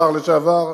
השר לשעבר,